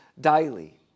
daily